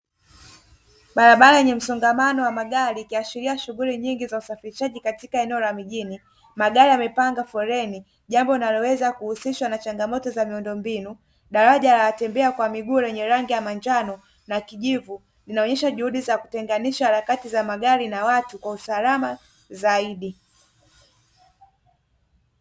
Barabara yenye msongamano wa magari ikiashiria shughuli nyingi za usafirishaji katika eneo la mijini; magari yamepanga foleni jambo linaloweza kuhusishwa na changamoto za miundombinu; daraja la watembea kwa miguu lenye rangi ya manjano na kijivu linaonyesha juhudi za kutenganisha harakati za magari na watu kwa usalama zaidi.